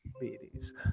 diabetes